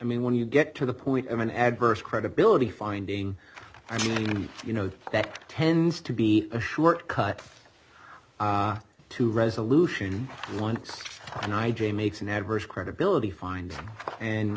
mean when you get to the point of an adverse credibility finding i mean and you know that tends to be a short cut to resolution and once an i j makes an adverse credibility find and